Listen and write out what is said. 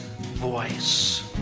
voice